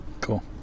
Cool